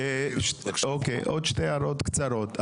עוד שתי הערות קצרות.